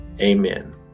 Amen